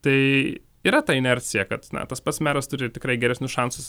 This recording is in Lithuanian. tai yra ta inercija kad na tas pats meras turi tikrai geresnius šansus